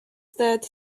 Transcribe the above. that